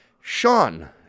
Sean